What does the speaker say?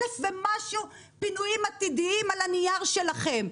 אלף ומשהו פינויים עתידיים על הנייר שלכם,